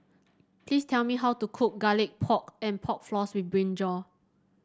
please tell me how to cook Garlic Pork and Pork Floss with brinjal